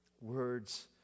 words